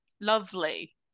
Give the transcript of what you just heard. Lovely